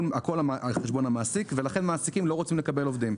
כל זה על חשבון המעסיק ולכן מעסיקים לא רוצים לקבל עובדים.